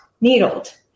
needled